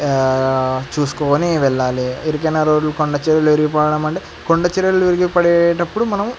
చూసుకుని వెళ్ళాలి ఇరుకైనా రోడ్లు కొండ చెరియలు విరిగి పడడం అంటే కొండచెరియలు విరిగి పడేటప్పుడు మనం